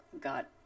got